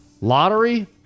Lottery